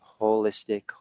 holistic